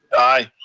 aye.